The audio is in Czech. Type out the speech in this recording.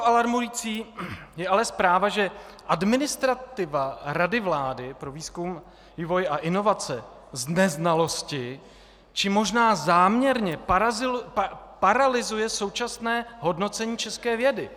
Alarmující je ale zpráva, že administrativa Rady vlády pro výzkum, vývoj a inovace z neznalosti, či možná záměrně paralyzuje současné hodnocení české vědy.